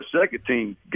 second-team